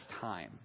time